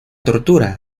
tortura